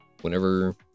whenever